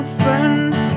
friends